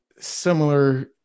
similar